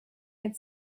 had